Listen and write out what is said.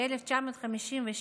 ב-1956,